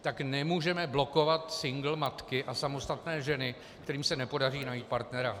Tak nemůžeme blokovat single matky a samostatné ženy, kterým se nepodaří najít partnera.